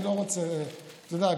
אתה יודע,